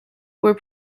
were